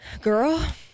Girl